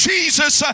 Jesus